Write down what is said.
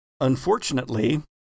unfortunately